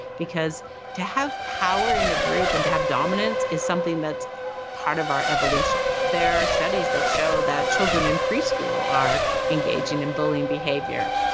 because to have power in a group and to have dominance is something that's part of our evolution. there are studies that show that children in preschool are engaging in bullying behavior.